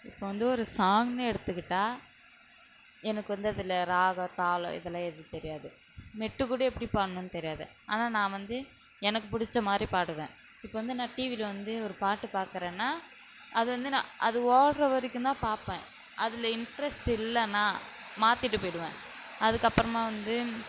இப்போது வந்து ஒரு சாங்க்னு எடுத்துக்கிட்டா எனக்கு வந்து அதில் ராகம் தாளம் இதெல்லாம் ஏதும் தெரியாது மெட்டு கூட எப்படி பாடணுன்னு தெரியாது ஆனால் நான் வந்து எனக்கு பிடிச்ச மாதிரி பாடுவேன் இப்போது வந்து நான் டிவியில் வந்து ஒரு பாட்டு பார்க்குறேன்னா அது வந்து நான் அது ஓடற வரைக்கும் தான் பார்ப்பேன் அதில் இன்ட்ரஸ்ட் இல்லைனா மாற்றிட்டு போயிடுவேன் அதுக்கப்புறமா வந்து